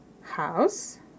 House